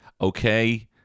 Okay